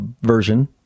version